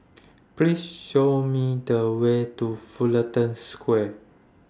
Please Show Me The Way to Fullerton Square